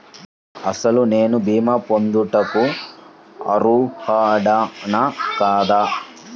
అసలు నేను భీమా పొందుటకు అర్హుడన కాదా?